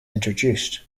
introduced